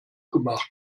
gemacht